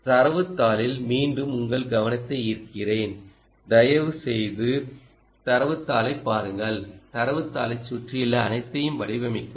தரவுத் தாளில் மீண்டும் உங்கள் கவனத்தை ஈர்க்கிறேன் தயவுசெய்து தரவுத் தாளைப் பாருங்கள் தரவுத் தாளைச் சுற்றியுள்ள அனைத்தையும் வடிவமைக்கவும்